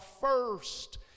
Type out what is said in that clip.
first